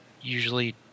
usually